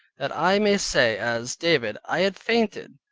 that i may say as david, i had fainted,